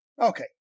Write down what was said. okay